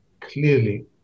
clearly